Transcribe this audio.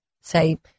say